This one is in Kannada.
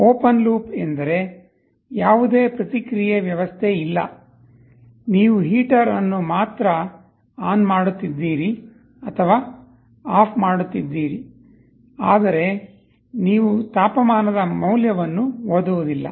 ಓಪನ್ ಲೂಪ್ ಎಂದರೆ ಯಾವುದೇ ಪ್ರತಿಕ್ರಿಯೆ ವ್ಯವಸ್ಥೆ ಇಲ್ಲ ನೀವು ಹೀಟರ್ ಅನ್ನು ಮಾತ್ರ ಆನ್ ಮಾಡುತ್ತಿದ್ದೀರಿ ಅಥವಾ ಆಫ್ ಮಾಡುತ್ತಿದ್ದೀರಿ ಆದರೆ ನೀವು ತಾಪಮಾನದ ಮೌಲ್ಯವನ್ನು ಓದುವುದಿಲ್ಲ